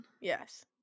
Yes